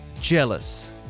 Jealous